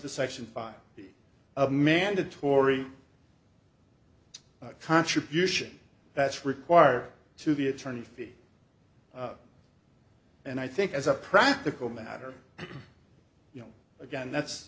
the section five of mandatory contribution that's required to the attorney fees and i think as a practical matter you know again that's